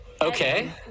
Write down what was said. Okay